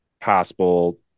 possible